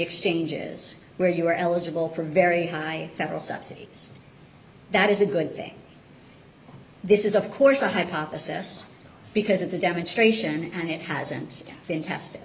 exchanges where you are eligible for very high federal subsidies that is a good thing this is of course a hypothesis because it's a demonstration and it hasn't been tested